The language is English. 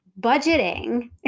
budgeting